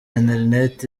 internet